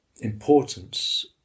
importance